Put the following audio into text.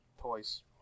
toys